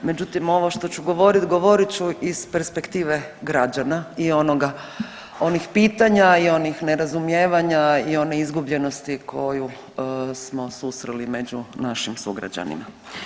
Međutim, ovo što ću govoriti, govorit ću iz perspektive građana i onih pitanja i onih nerazumijevanja i one izgubljenosti koju smo susreli među našim sugrađanima.